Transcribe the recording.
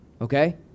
Okay